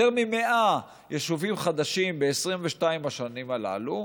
יותר מ-100 יישובים חדשים ב-22 השנים הללו,